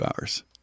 hours